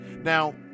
now